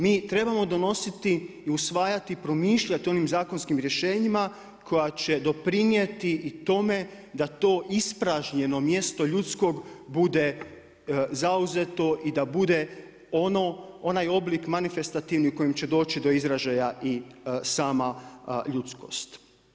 Mi trebamo donositi i usvajati, promišljati onim zakonskim rješenjima, koja će doprinijeti i tome da to ispražnjeno mjesto ljudskog bude zauzeto i da bude onaj oblik manifestativni do kojeg će doći do izražaja i sama ljudskost.